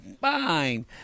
Fine